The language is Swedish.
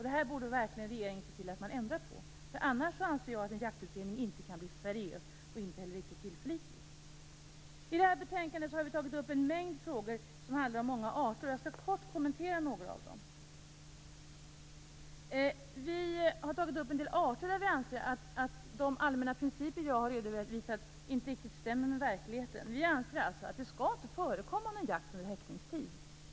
Regeringen borde verkligen se till att ändra på det. Jag anser att en jaktutredning annars inte kan bli seriös och inte heller riktigt tillförlitlig. I det här betänkandet har vi tagit upp en mängd frågor som handlar om många arter, och jag skall kort kommentera några av dem. Vi har tagit upp en del arter där vi anser att de allmänna principer som jag har redovisat inte stämmer med verkligheten. Vi anser alltså att det inte skall förekomma någon jakt under häckningstid.